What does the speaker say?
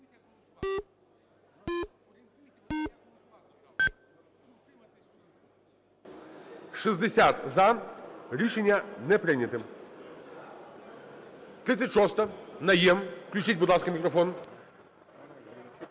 За-60 Рішення не прийнято. 36-а, Найєм. Включіть, будь ласка, мікрофон.